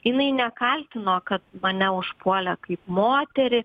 jinai nekaltino kad mane užpuolė kaip moterį